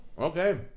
Okay